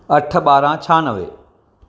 अठ ॿारहं छहानवे